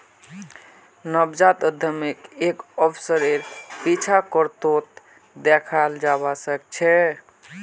नवजात उद्यमीक एक अवसरेर पीछा करतोत दखाल जबा सके छै